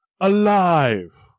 alive